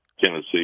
Tennessee